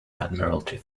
admiralty